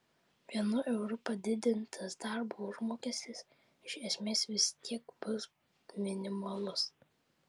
vienu euru padidintas darbo užmokestis iš esmės vis tiek bus minimalus